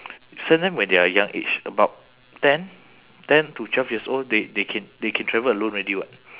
send them when they are young age about ten ten to twelve years old they they can they can travel alone already [what]